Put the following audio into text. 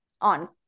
on